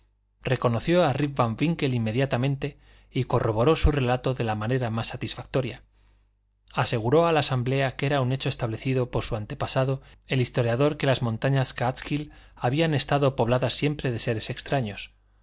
reconoció a rip van winkle inmediatamente y corroboró su relato de la manera más satisfactoria aseguró a la asamblea que era un hecho establecido por su antepasado el historiador que las montañas káatskill habían estado pobladas siempre de seres extraños